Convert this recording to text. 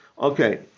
okay